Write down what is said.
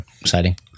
exciting